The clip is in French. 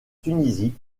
tunisie